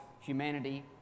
humanity